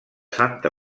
santa